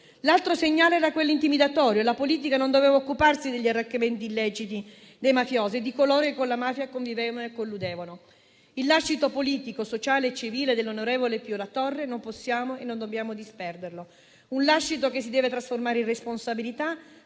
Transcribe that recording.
L'altro segnale era quello intimidatorio: la politica non doveva occuparsi degli arricchimenti illeciti dei mafiosi e di coloro che con la mafia convivevano e colludevano. Il lascito politico, sociale e civile dell'onorevole Pio La Torre non possiamo e non dobbiamo disperderlo. È un lascito che deve trasformarsi in responsabilità